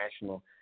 national